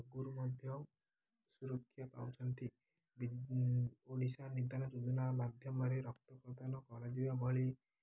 ଆଗରୁ ମଧ୍ୟ ସୁରକ୍ଷା ପାଉଛନ୍ତି ଓଡ଼ିଶା ନିଦାନ ଯୋଜନା ମାଧ୍ୟମରେ ରକ୍ତ ପ୍ରଦାନ କରାଯିବା ଭଳି